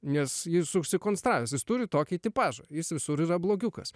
nes jis susikonstravęs turi tokį tipažą jis visur yra blogiukas